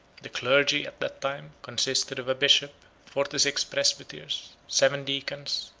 the clergy, at that time, consisted of a bishop, forty-six presbyters, seven deacons,